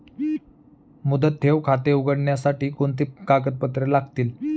मुदत ठेव खाते उघडण्यासाठी कोणती कागदपत्रे लागतील?